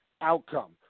outcome